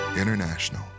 International